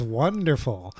wonderful